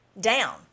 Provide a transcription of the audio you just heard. down